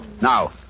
Now